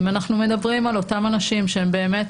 אבל אם אנחנו מדברים על אותם אנשים שבאמת